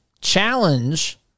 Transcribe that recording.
challenge